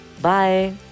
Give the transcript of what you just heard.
Bye